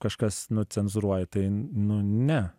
kažkas nucenzūruoja tai nu ne